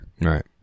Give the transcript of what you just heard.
Right